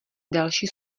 další